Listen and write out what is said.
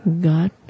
God